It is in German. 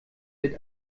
wird